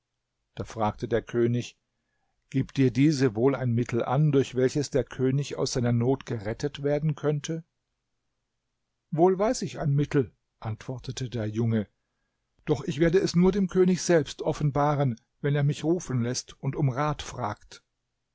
da fragte der könig gibt dir diese wohl ein mittel an durch welches der könig aus seiner not gerettet werden könnte wohl weiß ich ein mittel antwortete der junge doch ich werde es nur dem könig selbst offenbaren wenn er mich rufen läßt und um rat fragt